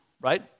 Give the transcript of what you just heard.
right